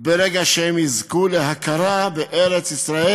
ברגע שהם יזכו להכרה בארץ-ישראל,